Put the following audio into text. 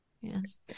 Yes